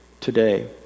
today